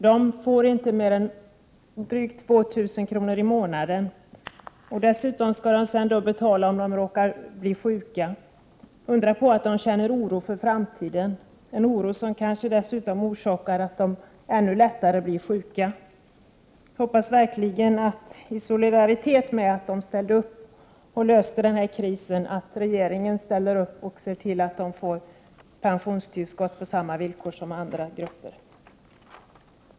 Dessa pensionärer får inte mer än drygt 2 000 kr. i månaden. Dessutom skall de betala om de råkar bli sjuka. Undra på att de känner oro för framtiden — en oro som kanske dessutom gör att de ännu lättare blir sjuka! Jag hoppas verkligen att regeringen är solidarisk med dessa pensionärer som ställde upp och var med om att lösa krisen, dvs. att regeringen ser till att de får pensionstillskott på samma villkor som andra grupper.